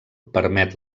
permet